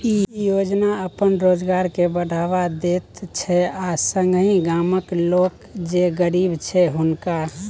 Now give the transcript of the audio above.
ई योजना अपन रोजगार के बढ़ावा दैत छै आ संगहि गामक लोक जे गरीब छैथ हुनका